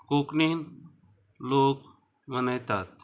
कोंकणीन लोक मनयतात